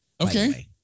Okay